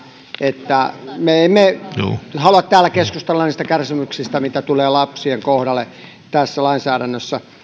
että me emme halua täällä keskustella niistä kärsimyksistä mitä tulee lapsien kohdalle tässä lainsäädännössä